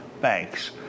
banks